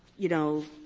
you know,